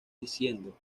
diciendo